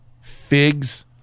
Figs